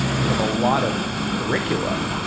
you have a lot of curr iculum.